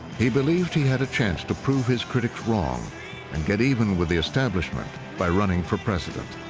he believed he had a chance to prove his critics wrong and get even with the establishment by running for president.